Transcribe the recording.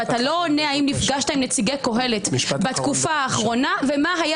ואתה לא עונה האם נפגשת עם נציגי קהלת בתקופה האחרונה ומה היה